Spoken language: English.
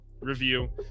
review